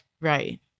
right